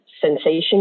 sensation